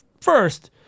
First